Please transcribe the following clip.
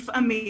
לפעמים